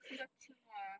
是一个青蛙 ah